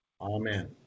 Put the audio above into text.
amen